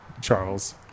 charles